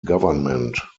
government